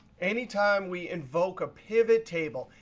anytime we invoke a pivot table,